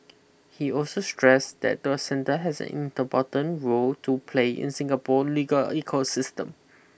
he also stressed that the centre has an role to play in Singapore legal ecosystem